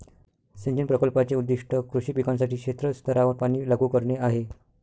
सिंचन प्रकल्पाचे उद्दीष्ट कृषी पिकांसाठी क्षेत्र स्तरावर पाणी लागू करणे आहे